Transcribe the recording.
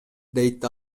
дейт